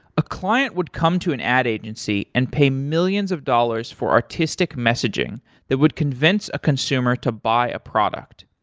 a client would come to an ad agency and pay millions of dollars for artistic messaging that would convince a consumer to buy a product.